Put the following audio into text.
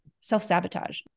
self-sabotage